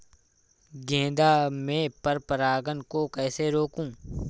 गेंदा में पर परागन को कैसे रोकुं?